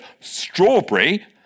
strawberry